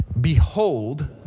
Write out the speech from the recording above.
Behold